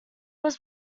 was